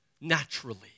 naturally